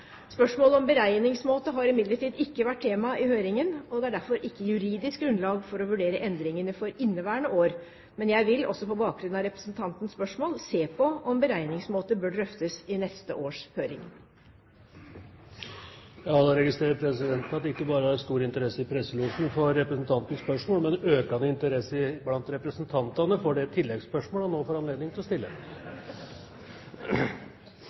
Spørsmålet om beregningsmåte har imidlertid ikke vært tema i høringen. Det er derfor ikke juridisk grunnlag for å vurdere endringene for inneværende år. Men jeg vil, også på bakgrunn av representantens spørsmål, se på om beregningsmåte bør drøftes i neste års høring. Presidenten registrerer at det ikke bare er stor interesse i presselosjen for representantens spørsmål, men også økende interesse blant representantene for det tilleggsspørsmål han nå får anledning til å stille.